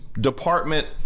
department